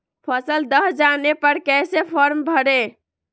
फसल दह जाने पर कैसे फॉर्म भरे?